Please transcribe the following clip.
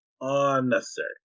unnecessary